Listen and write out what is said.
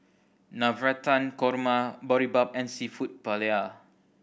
Navratan Korma Boribap and Seafood Paella